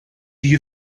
you